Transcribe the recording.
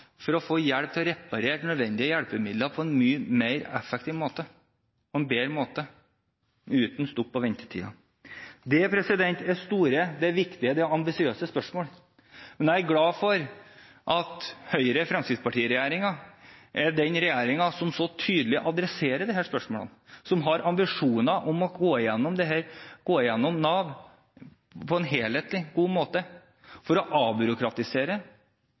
for å få hjelp til å reparere nødvendige hjelpemidler på en mye mer effektiv måte, på en bedre måte, uten stopp og ventetider? Det er store, viktige og ambisiøse spørsmål. Jeg er glad for at Høyre–Fremskrittsparti-regjeringen er den regjeringen som så tydelig adresserer disse spørsmålene, som har ambisjoner om å gå gjennom Nav på en helhetlig, god måte for å avbyråkratisere,